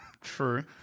True